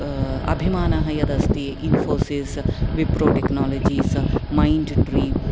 अभिमानः यदस्ति Infosys Wipro technologies mind tree